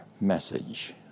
message